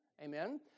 Amen